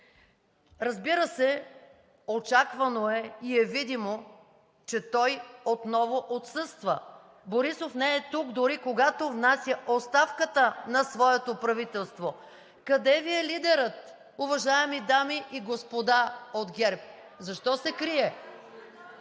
Разбира се, очаквано е и е видимо, че той отново отсъства. Борисов не е тук дори когато внася оставката на своето правителство. Къде Ви е лидерът, уважаеми дами и господа от ГЕРБ-СДС?! Защо се крие?